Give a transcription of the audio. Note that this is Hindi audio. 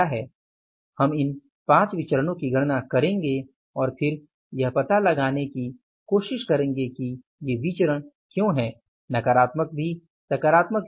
हम इन 5 विचरणों की गणना करेंगे और फिर हम यह पता लगाने की कोशिश करेंगे कि ये विचरण क्यों हैं नकारात्मक भी सकारात्मक भी